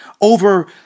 over